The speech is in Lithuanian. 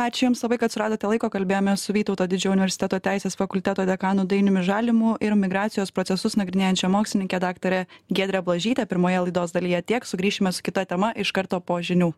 ačiū jums labai kad suradote laiko kalbėjomės su vytauto didžiojo universiteto teisės fakulteto dekanu dainiumi žalimu ir migracijos procesus nagrinėjančia mokslininke daktare giedre blažyte pirmoje laidos dalyje tiek sugrįšime su kita tema iš karto po žinių